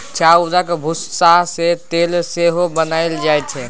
चाउरक भुस्सा सँ तेल सेहो बनाएल जाइ छै